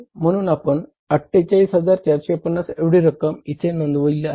म्हणून आपण 48450 एवढी रक्कम इथे नोंदवली आहे